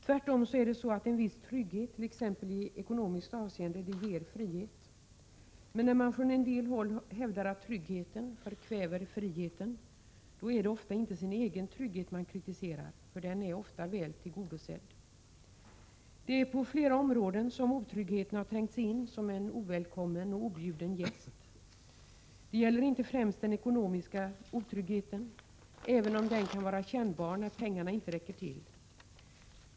Tvärtom är det så att en viss trygghet t.ex. i ekonomiskt avseende ger frihet. När man från en del håll hävdar att tryggheten förkväver friheten, då är det ofta inte sin egen trygghet man kritiserar — den är ofta väl tillgodosedd. Det är på flera områden otryggheten har trängt sig in som en ovälkommen och objuden gäst. Det gäller inte främst den ekonomiska otryggheten, även om den kan vara kännbar när pengarna inte räcker till.